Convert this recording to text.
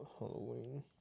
Halloween